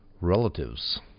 relatives